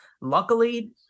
Luckily